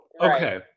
Okay